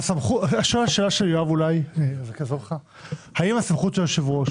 השאלה של יואב קיש היא האם הסמכות של היושב-ראש